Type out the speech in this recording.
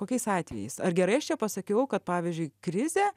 kokiais atvejais ar gerai aš čia pasakiau kad pavyzdžiui krizė